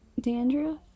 dandruff